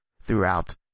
throughout